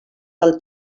del